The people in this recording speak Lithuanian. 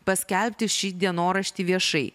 paskelbti šį dienoraštį viešai